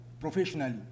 professionally